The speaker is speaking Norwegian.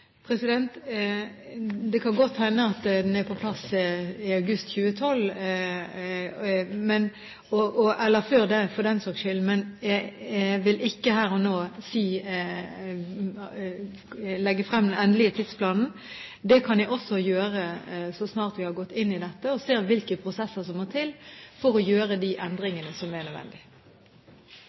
Det kan godt hende at den er på plass i august 2012, eller før det, for den saks skyld, men jeg vil ikke her og nå legge frem den endelige tidsplanen. Det kan jeg gjøre så snart vi har gått inn i dette, når man ser hvilke prosesser som må til for å gjøre de endringene som er nødvendig.